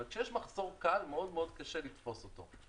אבל כשיש מחסור קל, מאוד מאוד קשה לתפוס אותו.